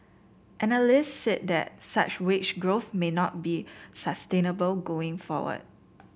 analysts said that such wage growth may not be sustainable going forward